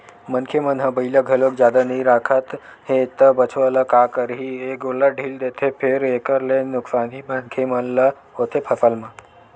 मनखे मन ह बइला घलोक जादा नइ राखत हे त बछवा ल का करही ए गोल्लर ढ़ील देथे फेर एखर ले नुकसानी मनखे मन ल होथे फसल म